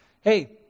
Hey